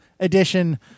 edition